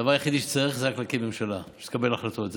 הדבר היחידי שצריך זה רק להקים ממשלה שתקבל החלטות,